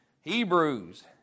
Hebrews